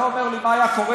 אתה אומר לי: מה היה קורה,